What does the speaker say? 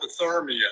hypothermia